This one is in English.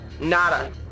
Nada